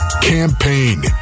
Campaign